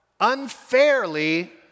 unfairly